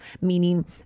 meaning